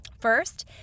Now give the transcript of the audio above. First